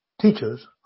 teachers